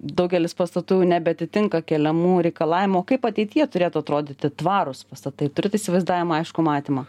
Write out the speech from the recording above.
daugelis pastatų jau nebeatitinka keliamų reikalavimų o kaip ateityje turėtų atrodyti tvarūs pastatai turit įsivaizdavimą aiškų matymą